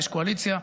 יש קואליציה,